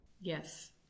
Yes